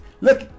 Look